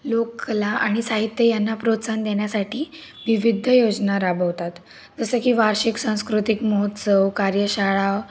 लोककला आणि साहित्य यांना प्रोत्साहन देण्यासाठी विविध योजना राबवतात जसं की वार्षिक सांस्कृतिक महोत्सव कार्यशाळा